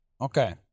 Okay